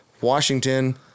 Washington